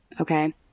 okay